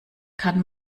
kann